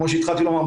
כמו שהתחלתי לומר,